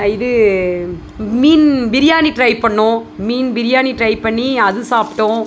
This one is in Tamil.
இது மீன் பிரியாணி ட்ரை பண்ணிணோம் மீன் பிரியாணி ட்ரை பண்ணி அது சாப்பிட்டோம்